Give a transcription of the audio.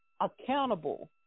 accountable